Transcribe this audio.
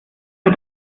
für